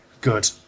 good